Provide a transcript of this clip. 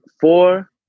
four